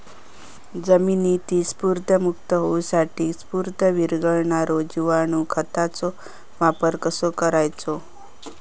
जमिनीतील स्फुदरमुक्त होऊसाठीक स्फुदर वीरघळनारो जिवाणू खताचो वापर कसो करायचो?